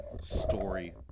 story